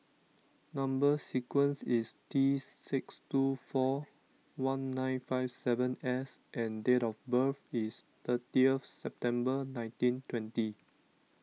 Number Sequence is T six two four one nine five seven S and date of birth is thirtieth September nineteen twenty